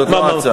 זאת לא ההצעה.